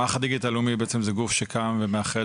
מערך הדיגיטל הלאומי בעצם זה גוף שקם ומאחד